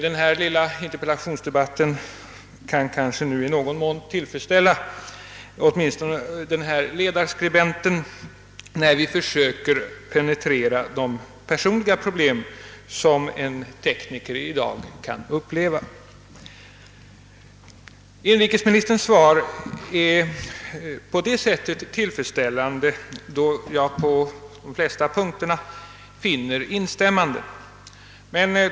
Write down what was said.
Denna lilla interpellationsdebatt kan kanske i någon mån tillfredsställa åtminstone den här 1ledarskribenten när vi försöker penetrera de personliga problem som en tekniker i dag kan uppleva. Inrikesministerns svar är så till vida tillfredsställande att jag på de flesta punkter finner instämmanden.